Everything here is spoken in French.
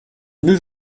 nous